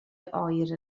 oer